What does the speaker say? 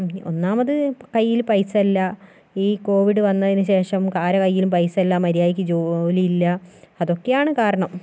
ഒന്നാമത് കയ്യിൽ പൈസ ഇല്ല ഈ കോവിഡ് വന്നതിന് ശേഷം ആര കയ്യിലും പൈസ ഇല്ല മര്യാതക്ക് ജോലി ഇല്ല അതൊക്കെയാണ് കാരണം